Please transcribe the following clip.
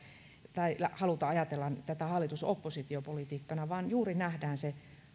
haluta ajatella tätä hallitus oppositio politiikkana vaan juuri nähdään se